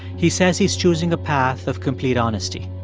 he says he's choosing a path of complete honesty.